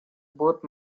both